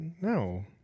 No